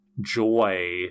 joy